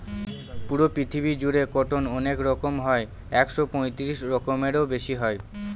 পুরো পৃথিবী জুড়ে কটন অনেক রকম হয় একশো পঁয়ত্রিশ রকমেরও বেশি হয়